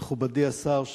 מכובדי השר,